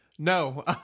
No